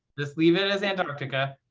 just leave it as antarctica,